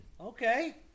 Okay